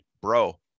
bro